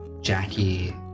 Jackie